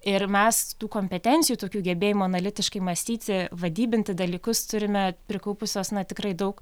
ir mes tų kompetencijų tokių gebėjimų analitiškai mąstyti vadybinti dalykus turime prikaupusios na tikrai daug